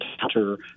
counter